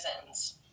reasons